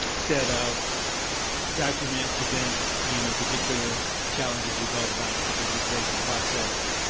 set of documents present any particular challenges you thought about, the digitization process?